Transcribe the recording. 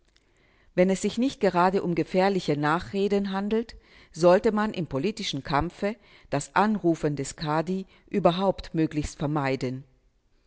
wenn es sich nicht gerade um gefährliche nachreden handelt sollte man im politischen kampfe das anrufen des kadi überhaupt möglichst vermeiden